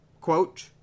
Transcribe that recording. quote